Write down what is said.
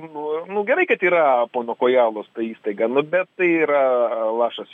nu nu gerai kad yra pono kojalos ta įstaiga nu bet tai yra lašas